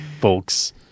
folks